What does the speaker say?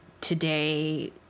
today